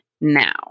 now